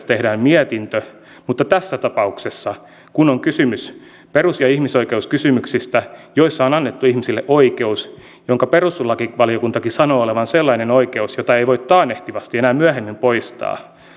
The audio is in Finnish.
tehdään mietintö mutta tässä tapauksessa kun on kysymys perus ja ihmisoikeuskysymyksistä joissa on annettu ihmisille oikeus jonka perustuslakivaliokuntakin sanoo olevan sellainen oikeus jota ei voi taannehtivasti enää myöhemmin poistaa